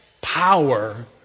power